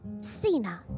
Sina